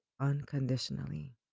unconditionally